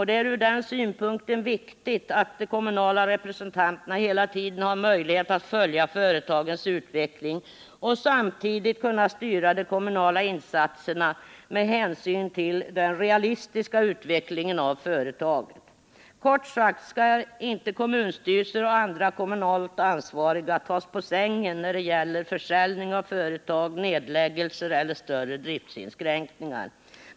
Det är ur den synpunkten viktigt att de kommunala representanterna hela tiden har en möjlighet att följa företagens utveckling och samtidigt styra de kommunala insatserna med hänsyn till den realistiska utvecklingen av företaget. Kort sagt skall inte kommunstyrelser och andra kommunalt ansvariga tas på sängen när det gäller försäljning av företag, nedläggelser eller större driftsinskränkningar.